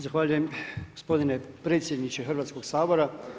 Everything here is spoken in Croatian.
Zahvaljujem gospodine predsjedniče Hrvatskog sabora.